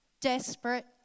desperate